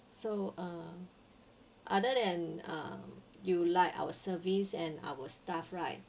so uh other than uh you like our service and our staff right